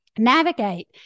navigate